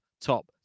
top